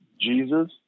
Jesus